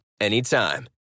anytime